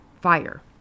fire